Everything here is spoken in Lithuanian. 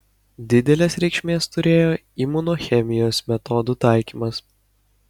didelės reikšmės turėjo imunochemijos metodų taikymas